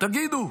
תגידו.